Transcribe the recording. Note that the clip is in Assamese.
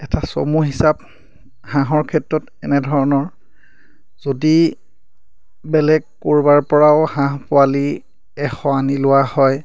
এটা চমু হিচাপ হাঁহৰ ক্ষেত্ৰত এনেধৰণৰ যদি বেলেগ ক'ৰবাৰ পৰাও হাঁহ পোৱালি এশ আনি লোৱা হয়